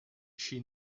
she